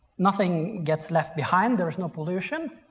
nothing gets left behind. there's no pollution